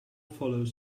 follows